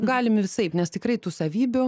galim ir visaip nes tikrai tų savybių